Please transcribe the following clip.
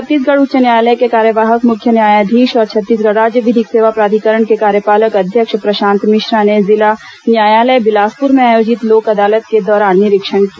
छत्तीसगढ़ उच्च न्यायालय के कार्यवाहक मुख्य न्यायाधीश और छत्तीसगढ़ राज्य विधिक सेवा प्राधिकरण के कार्यपालक अध्यक्ष प्रशांत मिश्रा ने जिला न्यायालय बिलासपुर में आयोजित लोक अदालत के दौरान निरीक्षण किया